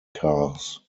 cars